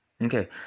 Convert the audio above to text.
Okay